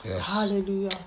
Hallelujah